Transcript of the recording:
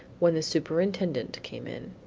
when the superintendent came in.